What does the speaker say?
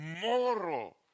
moral